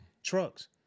Trucks